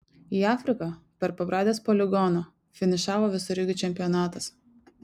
į afriką per pabradės poligoną finišavo visureigių čempionatas